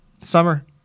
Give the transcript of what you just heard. Summer